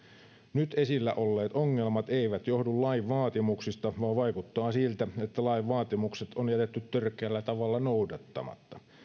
nyt esillä olleet ongelmat eivät johdu lain vaatimuksista vaan vaikuttaa siltä että lain vaatimukset on jätetty törkeällä tavalla noudattamatta